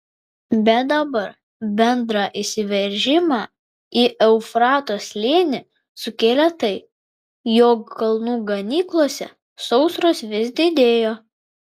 bet dabar bendrą įsiveržimą į eufrato slėnį sukėlė tai jog kalnų ganyklose sausros vis didėjo